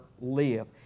live